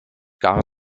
gar